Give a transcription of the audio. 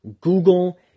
Google